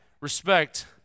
Respect